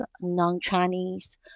non-Chinese